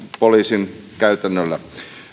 poliisin käytännöllä